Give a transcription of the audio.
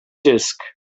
disk